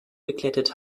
geglättet